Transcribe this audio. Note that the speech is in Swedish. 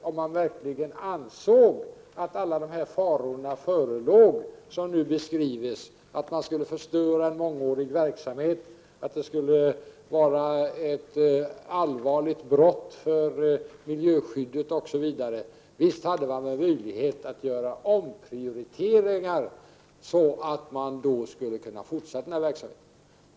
Om man verkligen ansåg att alla de farhågor förelåg som här beskrivits, att man skulle förstöra en mångårig verksamhet, att man skulle göra ett allvarligt brott mot miljöskyddet, osv., hade det visst funnits möjligheter att göra omprioriteringar så att det skulle ha varit möjligt att fortsätta med verksamheten.